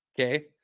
Okay